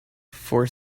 for